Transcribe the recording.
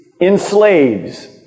enslaves